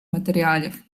матеріалів